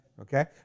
okay